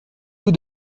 vous